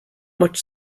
much